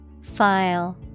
File